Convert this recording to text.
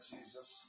Jesus